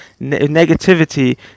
negativity